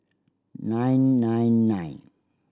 nine nine nine